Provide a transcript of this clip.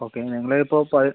okay ഞങ്ങളിപ്പോൾ